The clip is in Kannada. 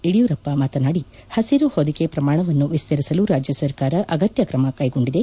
ಯಡಿಯೂರಪ್ಪ ಮಾತನಾಡಿ ಹಸಿರು ಹೊದಿಕೆ ಪ್ರಮಾಣವನ್ನು ವಿಸ್ತರಿಸಲು ರಾಜ್ಯ ಸರ್ಕಾರ ಅಗತ್ಯ ಕ್ರಮ ಕೈಗೊಂಡಿದೆ